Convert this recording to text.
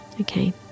okay